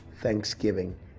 thanksgiving